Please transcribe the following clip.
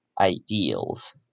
ideals